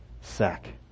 sack